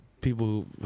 People